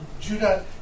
Judah